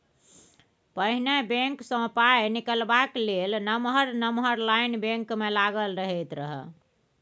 पहिने बैंक सँ पाइ निकालबाक लेल नमहर नमहर लाइन बैंक मे लागल रहैत रहय